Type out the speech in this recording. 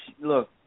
look